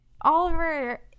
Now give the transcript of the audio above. Oliver